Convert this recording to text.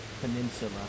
Peninsula